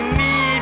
need